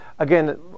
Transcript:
Again